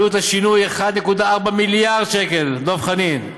עלות השינוי כ-1.4 מיליארד ש"ח, דב חנין,